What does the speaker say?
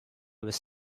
was